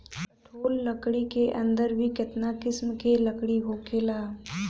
कठोर लकड़ी के अंदर भी केतना किसिम के लकड़ी होखेला